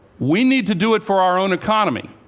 we need to do it for our own economy.